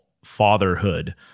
fatherhood